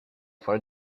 for